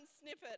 snippet